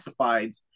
classifieds